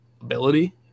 ability